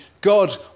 God